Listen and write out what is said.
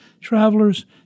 travelers